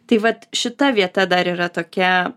tai vat šita vieta dar yra tokia